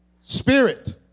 spirit